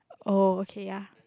oh okay ya